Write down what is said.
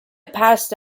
passed